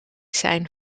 zijn